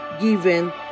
given